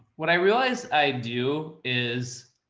what i realized i do is